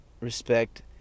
respect